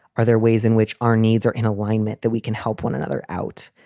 are there ways in which our needs are in alignment that we can help one another out?